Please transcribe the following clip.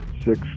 six